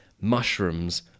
mushrooms